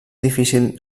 difícil